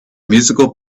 musical